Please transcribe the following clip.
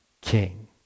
king